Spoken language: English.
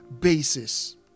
basis